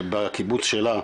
שבקיבוץ שלה,